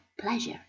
pleasure